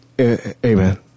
Amen